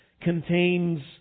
contains